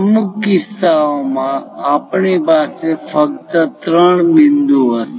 અમુક કિસ્સાઓમાં આપણી પાસે ફક્ત ત્રણ બિંદુ હશે